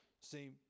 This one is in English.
see